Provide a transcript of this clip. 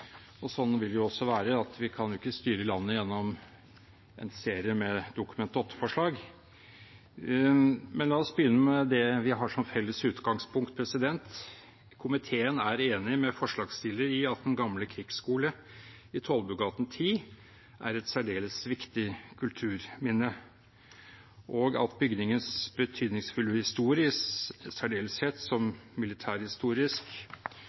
dette. Sånn vil det også være, vi kan jo ikke styre landet gjennom en serie med Dokument 8-forslag. La oss begynne med det vi har som felles utgangspunkt. Komiteen er enig med forslagsstillerne i at Den Gamle Krigsskole i Tollbugata 10 er et særdeles viktig kulturminne, og at bygningens betydningsfulle historie, i særdeleshet